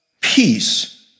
peace